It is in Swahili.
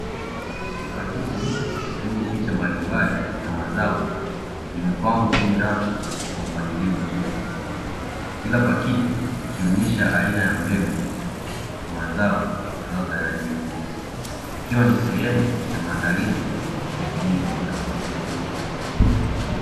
Pakiti zenye picha mbalimbali za mazao imepangwa kwenye rafi kwa mpangilio mzuri. Kila pakiti ikionyesha aina ya mbegu na mazao yanayotarajiwa, ikiwa ni sehemu ya maandalizi ya kilimo bora.